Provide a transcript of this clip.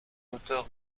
hauteur